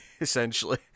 essentially